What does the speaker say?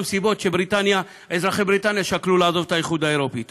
סיבות שבגללן אזרחי בריטניה שקלו לעזוב את האיחוד האירופי.